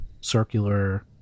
circular